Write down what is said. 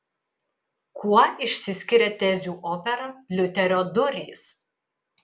kuo išsiskiria tezių opera liuterio durys